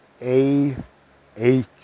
A-H